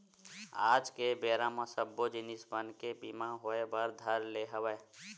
आज के बेरा म सब्बो जिनिस मन के बीमा होय बर धर ले हवय